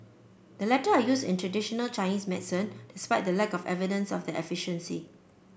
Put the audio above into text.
the latter are used in traditional Chinese medicine despite the lack of evidence of their efficiency